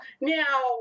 now